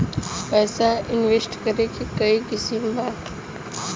पैसा इंवेस्ट करे के कोई स्कीम बा?